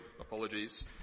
apologies